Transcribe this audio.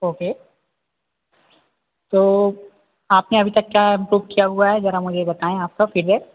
okay तो आपके यहाँ अभी तक क्या इम्प्रूव किया हुआ है जरा मुझे बताएँ आपका फीडबैक